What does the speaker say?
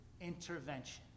intervention